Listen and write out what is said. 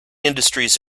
industries